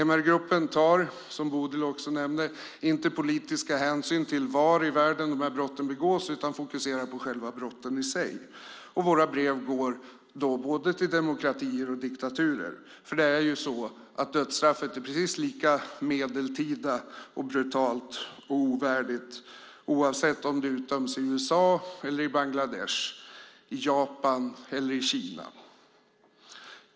MR-gruppen tar, som Bodil nämnde, inte politiska hänsyn till var i världen brotten begås utan fokuserar på själva brotten i sig. Våra brev går till både demokratier och diktaturer, för dödsstraffet är precis lika medeltida, brutalt och ovärdigt oavsett om det utdöms i USA eller i Bangladesh, i Japan eller i Kina.